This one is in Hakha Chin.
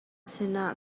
sinah